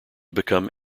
become